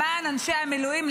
למען אנשי המילואים,